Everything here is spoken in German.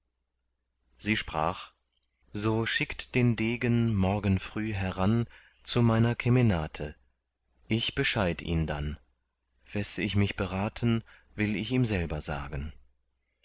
sie sprach so schickt den degen morgen früh heran zu meiner kemenate ich bescheid ihn dann wes ich mich beraten will ich ihm selber sagen